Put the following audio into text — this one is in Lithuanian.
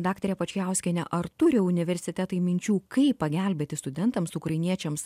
daktare pačijauskiene ar turi universitetai minčių kaip pagelbėti studentams ukrainiečiams